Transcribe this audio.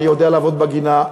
אני יודע לעבוד בגינה.